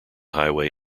highway